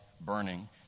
burning